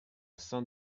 saint